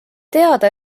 teada